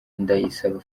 ndayisaba